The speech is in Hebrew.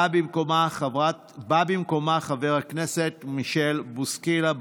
בא חבר הכנסת מישל בוסקילה.